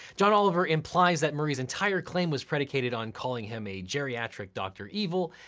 john oliver implies that murray's entire claim was predicated on calling him a geriatric dr. evil,